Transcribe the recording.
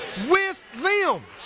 with them.